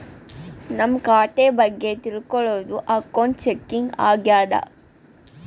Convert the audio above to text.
ನಮ್ ಖಾತೆ ಬಗ್ಗೆ ತಿಲ್ಕೊಳೋದು ಅಕೌಂಟ್ ಚೆಕಿಂಗ್ ಆಗ್ಯಾದ